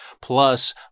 Plus